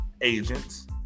Agents